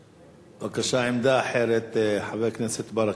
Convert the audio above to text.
בבקשה, עמדה אחרת, חבר הכנסת ברכה.